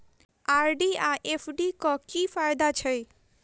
RD आ FD क की फायदा छै?